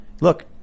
Look